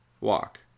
walk